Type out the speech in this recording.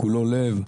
כולו לב,